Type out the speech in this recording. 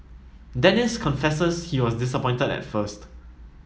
dennis confesses he was disappointed at first